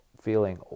feeling